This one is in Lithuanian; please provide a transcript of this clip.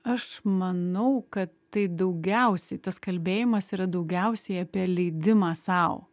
aš manau kad tai daugiausiai tas kalbėjimas yra daugiausiai apie leidimą sau